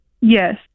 Yes